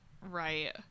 Right